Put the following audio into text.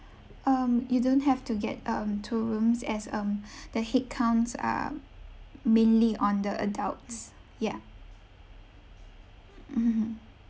um you don't have to get um two rooms as um the headcounts are mainly on the adults ya